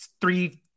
three